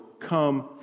come